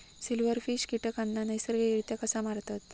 Silverfish कीटकांना नैसर्गिकरित्या कसा मारतत?